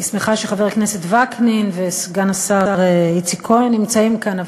אני שמחה שחבר הכנסת וקנין וסגן השר איציק כהן נמצאים כאן,